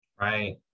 Right